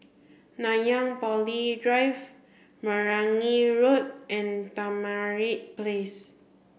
Nanyang Poly Drive Meragi Road and Tamarind Place